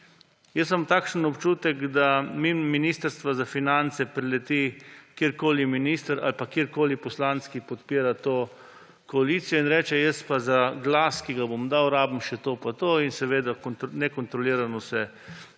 jaz imam občutek, da mimo Ministrstva za finance prileti katerikoli minister ali pa katerikoli poslanec, ki podpira to koalicijo, in reče, jaz pa za glas, ki ga bom dal, potrebujem še to pa to, in se seveda nekontrolirano